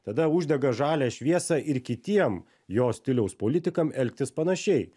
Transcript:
tada uždega žalią šviesą ir kitiem jo stiliaus politikam elgtis panašiai